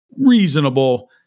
reasonable